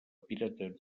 pirateria